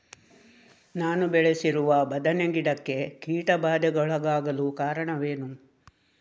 ನಾನು ಬೆಳೆಸಿರುವ ಬದನೆ ಗಿಡಕ್ಕೆ ಕೀಟಬಾಧೆಗೊಳಗಾಗಲು ಕಾರಣವೇನು?